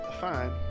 fine